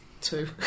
two